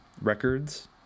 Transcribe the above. records